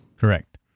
Correct